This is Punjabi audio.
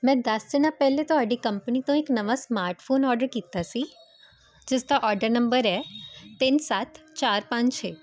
ਮੈਂ ਦਸ ਦਿਨਾਂ ਪਹਿਲੇ ਤੁਹਾਡੀ ਕੰਪਨੀ ਤੋਂ ਇੱਕ ਨਵਾਂ ਸਮਾਰਟਫੋਨ ਆਰਡਰ ਕੀਤਾ ਸੀ ਜਿਸਦਾ ਆਰਡਰ ਨੰਬਰ ਹੈ ਤਿੰਨ ਸੱਤ ਚਾਰ ਪੰਜ ਛੇ